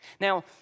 Now